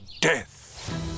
death